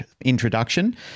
introduction